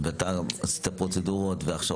ואתה עשית פרוצדורות והכשרות?